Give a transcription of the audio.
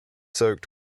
soaked